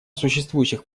существующих